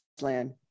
land